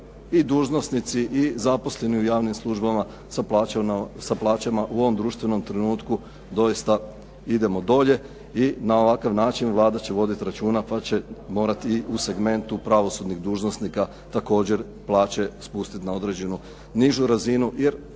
i dužnosnici i zaposleni u javnim službama sa plaćama u ovom društvenom trenutku doista idemo dolje i na ovakav način Vlada će voditi računa pa će morati i u segmentu pravosudnih dužnosnika također plaće spustiti na određenu nižu razinu jer